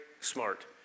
smart